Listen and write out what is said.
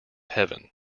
heaven